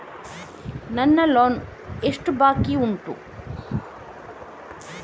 ನನ್ನ ಲೋನ್ ಎಷ್ಟು ಬಾಕಿ ಉಂಟು?